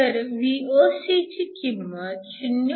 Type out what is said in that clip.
तर Voc ची किंमत 0